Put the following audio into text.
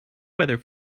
weather